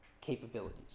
capabilities